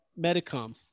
medicom